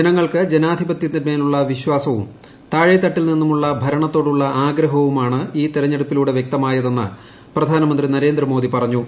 ജനങ്ങൾക്ക് ജനാധിപത്യത്തിന്മേലുള്ള വിശ്വാസവും താഴേതട്ടിൽ നിന്നുമുള്ള ഭരണത്തോടുള്ള ആഗ്രഹവുമാണ് ഈ തെരഞ്ഞെടുപ്പിലൂടെ വൃക്തമായതെന്ന് പ്രധാനമന്ത്രി നരേന്ദ്രമോദി പറഞ്ഞു